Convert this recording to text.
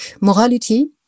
morality